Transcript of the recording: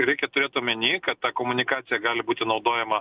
reikia turėt omeny kad ta komunikacija gali būti naudojama